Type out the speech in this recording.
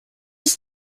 ist